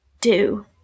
do